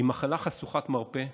היא מחלה חשוכת מרפא,